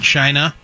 China